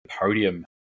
podium